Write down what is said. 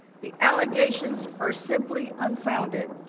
the allegations are simply unfounded.